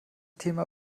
thema